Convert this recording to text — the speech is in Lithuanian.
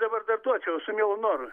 dabar dar duočiau su mielu noru